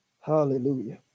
Hallelujah